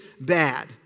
bad